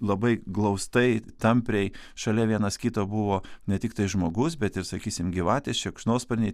labai glaustai tampriai šalia vienas kito buvo ne tiktai žmogus bet ir sakysim gyvatės šikšnosparniai